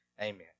Amen